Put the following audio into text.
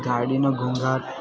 ગાડીનો ઘોંઘાટ